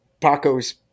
Paco's